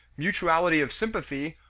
mutuality of sympathy,